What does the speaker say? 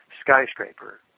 skyscraper